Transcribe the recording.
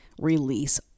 release